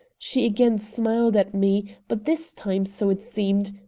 she again smiled at me, but this time, so it seemed,